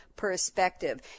Perspective